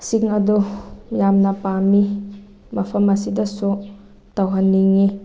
ꯁꯤꯡ ꯑꯗꯨ ꯌꯥꯝꯅ ꯄꯥꯝꯃꯤ ꯃꯐꯝ ꯑꯁꯤꯗꯁꯨ ꯇꯧꯍꯟꯅꯤꯡꯉꯤ